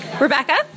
Rebecca